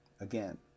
again